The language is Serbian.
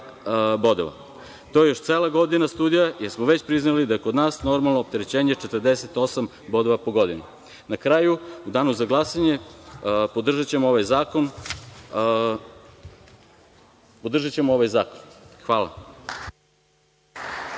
bodova. To je još cela godina studija, jer smo već priznali da je kod nas normalno opterećenje 48 bodova po godini. Na kraju, u Danu za glasanje podržaćemo ovaj zakon. Hvala.